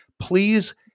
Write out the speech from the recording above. please